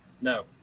No